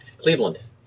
Cleveland